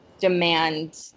demand